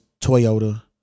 Toyota